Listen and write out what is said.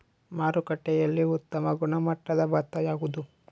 ಮಾರುಕಟ್ಟೆಯಲ್ಲಿ ಉತ್ತಮ ಗುಣಮಟ್ಟದ ಭತ್ತ ಯಾವುದು?